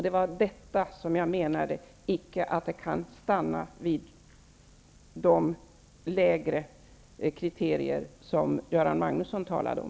Det var detta jag menade, icke att det kan stanna vid de lägre kriterier som Göran Magnusson talade om.